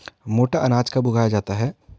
मोटा अनाज कब उगाया जाता है?